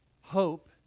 Hope